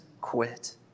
quit